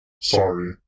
Sorry